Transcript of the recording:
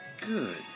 Good